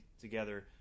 together